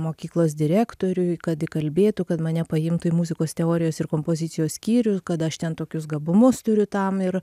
mokyklos direktorių kad įkalbėtų kad mane paimtų į muzikos teorijos ir kompozicijos skyrių kad aš ten tokius gabumus turiu tam ir